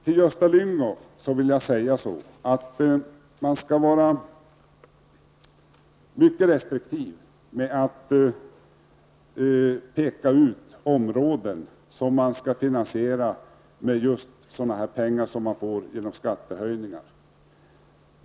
Till Gösta Lyngå vill jag säga att man skall vara mycket restriktiv med att peka ut områden som skall finansieras med just inkomster från skattehöjningar.